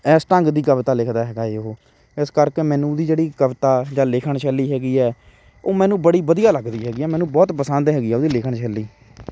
ਇਸ ਢੰਗ ਦੀ ਕਵਿਤਾ ਲਿਖਦਾ ਹੈਗਾ ਹੈ ਉਹ ਇਸ ਕਰਕੇ ਮੈਨੂੰ ਉਹਦੀ ਜਿਹੜੀ ਕਵਿਤਾ ਜਾਂ ਲਿਖਣ ਸ਼ੈਲੀ ਹੈਗੀ ਹੈ ਉਹ ਮੈਨੂੰ ਬੜੀ ਵਧੀਆ ਲੱਗਦੀ ਹੈਗੀ ਹੈ ਮੈਨੂੰ ਬਹੁਤ ਪਸੰਦ ਹੈਗੀ ਹੈ ਉਹਦੀ ਲਿਖਣ ਸ਼ੈਲੀ